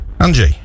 Angie